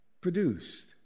produced